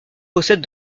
possède